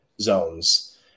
zones